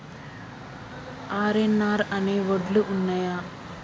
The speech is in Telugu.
ఆర్.ఎన్.ఆర్ అనే వడ్లు ఉన్నయా?